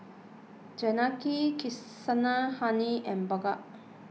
Janaki Kasinadhuni and Bhagat